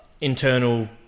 internal